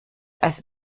als